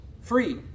free